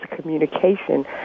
communication